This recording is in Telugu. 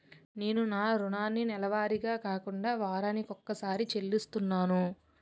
నేను నా రుణాన్ని నెలవారీగా కాకుండా వారాని కొక్కసారి చెల్లిస్తున్నాను